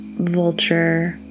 vulture